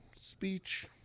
speech